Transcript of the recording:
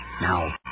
Now